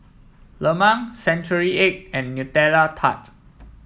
Lemang Century Egg and Nutella Tart